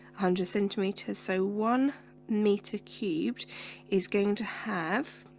hundred centimeters, so one meter cubed is going to have